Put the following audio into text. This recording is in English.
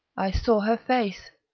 i saw her face.